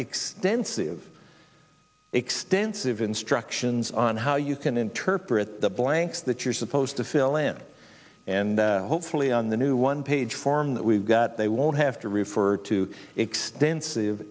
extensive extensive instructions on how you can interpret the blanks that you're supposed to fill in and hopefully on the new one page form that we've got they won't have to refer to extensive